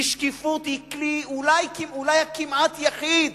כי שקיפות היא כלי, אולי הכמעט יחיד